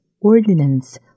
ordinance